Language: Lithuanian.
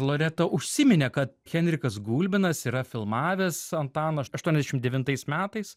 loreta užsiminė kad henrikas gulbinas yra filmavęs antaną aštuoniasdešim devintais metais